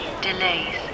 delays